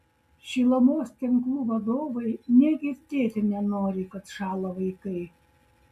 šilumos tinklų vadovai nė girdėti nenori kad šąla vaikai